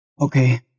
okay